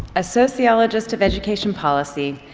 a sociologist of education policy,